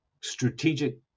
strategic